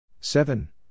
seven